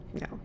No